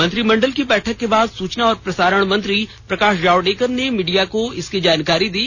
मंत्रिमंडल की बैठक के बाद सूचना और प्रसारण मंत्री प्रकाश जावडेकर ने मीडिया को इसकी जानकारी दी